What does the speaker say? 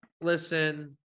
Listen